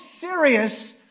serious